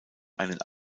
einen